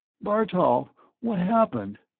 bartol, what happened?